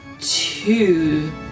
Two